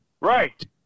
Right